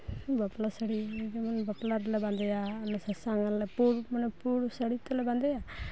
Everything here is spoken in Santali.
ᱵᱟᱯᱞᱟ ᱥᱟᱹᱲᱤ ᱡᱮᱢᱚᱱ ᱵᱟᱯᱞᱟ ᱨᱮᱞᱮ ᱵᱟᱸᱫᱮᱭᱟ ᱟᱨᱞᱮ ᱥᱟᱥᱟᱝ ᱟᱞᱮ ᱯᱩᱲ ᱢᱟᱱᱮ ᱯᱩᱲ ᱥᱟᱹᱲᱤ ᱛᱮᱞᱮ ᱵᱟᱸᱫᱮᱭᱟ